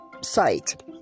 site